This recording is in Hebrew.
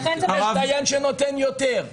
יש דיין שנותן יותר.